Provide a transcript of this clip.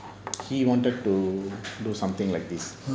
he wanted to do something like this